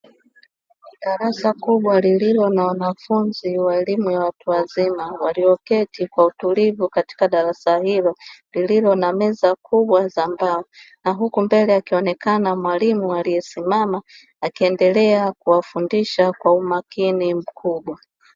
Darasa kubwa lililo na wanafunzi wa elimu ya watu wazima ,walioketi kwa utulivu katika darasa hllo, ililo na meza kubwa za mbao na huku mbele akionekana mwalimu aliyesimama ,akiendelea kuwafundisha kwa umakini mkubwa.